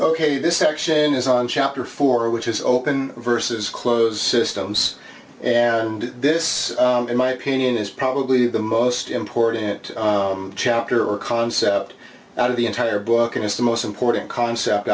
ok this section is on chapter four which is open versus close to stones and this in my opinion is probably the most important chapter or concept out of the entire book and it's the most important concept